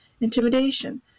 intimidation